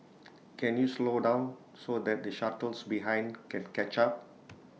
can you slow down so the shuttles behind can catch up